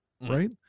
Right